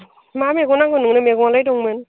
मा मैगं नांगौ नोंनो मैगंआलाय दंमोन